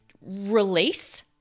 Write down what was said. Release